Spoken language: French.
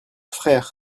frère